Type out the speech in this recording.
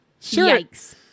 Yikes